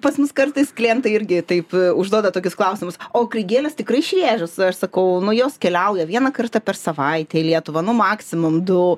pas mus kartais klientai irgi taip užduoda tokius klausimus o kai gėlės tikrai šviežios aš sakau nu jos keliauja vieną kartą per savaitę į lietuvą nu maksimum du